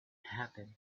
happened